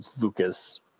Lucas